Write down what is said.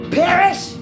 perish